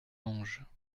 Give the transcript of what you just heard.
ange